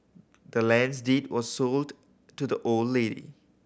the land's deed was sold to the old lady